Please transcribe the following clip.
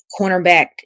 cornerback